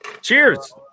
cheers